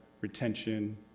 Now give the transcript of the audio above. retention